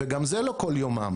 וגם זה לא כל יומם.